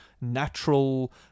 natural